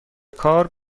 کار